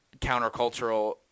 countercultural